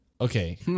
Okay